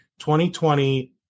2020